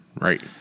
Right